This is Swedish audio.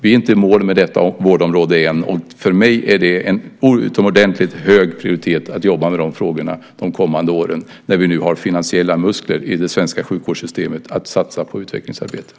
Vi är inte i mål med detta vårdområde än. För mig är det en utomordentligt hög prioritet att jobba med de frågorna de kommande åren när vi nu har finansiella muskler i det svenska sjukvårdssystemet att satsa på utvecklingsarbetet.